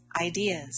ideas